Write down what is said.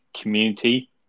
community